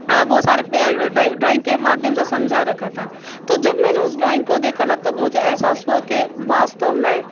वो सारे पे डा ड्रॉइंग के माध्यम से समझा रखा था तो जब मैंने उस ड्रॉइंग को देखा न तब मुझे एहसास हुआ कि वास्तव में